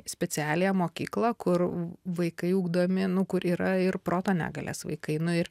specialiąją mokyklą kur vaikai ugdomi nu kur yra ir proto negalės vaikai nu ir